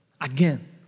again